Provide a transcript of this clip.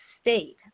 state